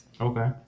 Okay